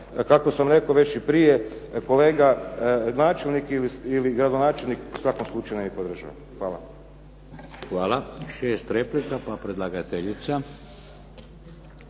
kako sam rekao već i prije kolega, načelnik ili gradonačelnik u svakom slučaju ne bi podržao. Hvala. **Šeks, Vladimir (HDZ)** Hvala. Šest replika pa predlagateljica.